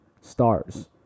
stars